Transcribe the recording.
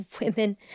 women